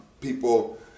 People